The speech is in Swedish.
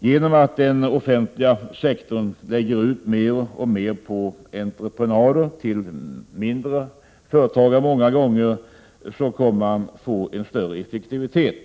Genom att lägga ut mer verksamhet på entreprenad till mindre företag uppnås ofta större effektivitet.